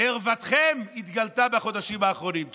ערוותכם התגלתה בחודשים האחרונים.